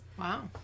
Wow